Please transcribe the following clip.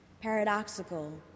paradoxical